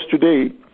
today